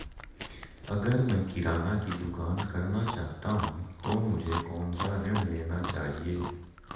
अगर मैं किराना की दुकान करना चाहता हूं तो मुझे कौनसा ऋण लेना चाहिए?